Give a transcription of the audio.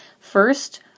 First